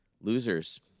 losers